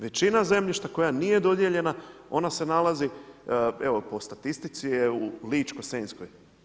Većina zemljišta koja nije dodijeljena, ona se nalazi, evo, po statistici je u Ličko senjskoj.